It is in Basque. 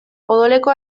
odoleko